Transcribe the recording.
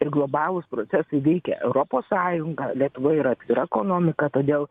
ir globalūs procesai veikia europos sąjungą lietuva yra atvira ekonomika todėl